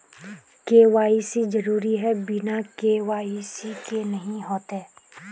KYC जरुरी है बिना के.वाई.सी के नहीं होते?